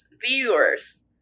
viewers